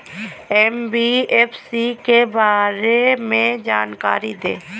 NBFC के बारे में जानकारी दें?